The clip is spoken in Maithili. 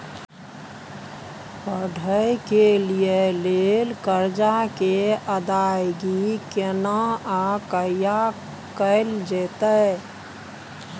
पढै के लिए लेल कर्जा के अदायगी केना आ कहिया कैल जेतै?